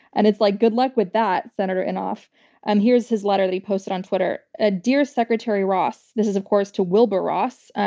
and it's like good luck with that, senator and inhofe. and here's his letter that he posted on twitter. ah dear secretary ross, this is, of course, to wilbur ross,